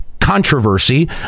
Controversy